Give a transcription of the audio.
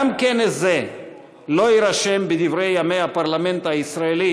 גם כנס זה לא יירשם בדברי ימי הפרלמנט הישראלי